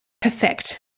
perfect